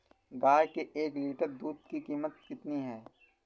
गाय के एक लीटर दूध की कीमत कितनी है?